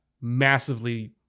massively